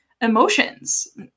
emotions